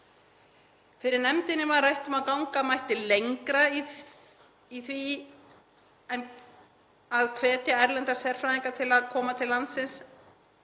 Fyrir nefndinni var rætt um að ganga mætti lengra í því að hvetja erlenda sérfræðinga til að koma til landsins.